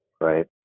right